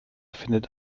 findet